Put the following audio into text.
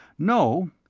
no,